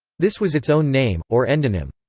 this was its own name, or endonym.